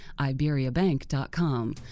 iberiabank.com